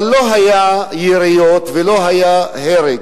אבל לא היו יריות ולא היה הרג.